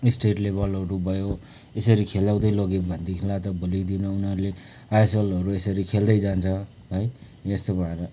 state लेभलहरू भयो यसरी खेलाउँदै लग्यो भनेदेखिलाई त भोलिको दिनमा त उनीहरूले आइएसएलहरू यसरी खेल्दै जान्छ है यस्तो भएर